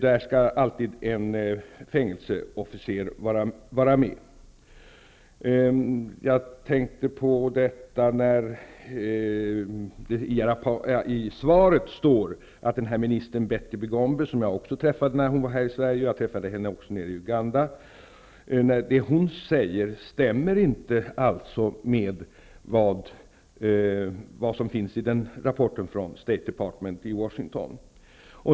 Där skall alltid finnas med en fängelseofficer. I svaret nämns minister Betty Bigombe, som jag träffade när hon var här i Sverige och även nere i Uganda. Det hon säger stämmer inte med vad som finns i rapporten från State Department i Washington.